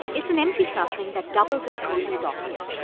it's an empty classroom that doubles as cosey's office.